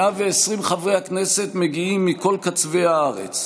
120 חברי הכנסת מגיעים מכל קצווי הארץ,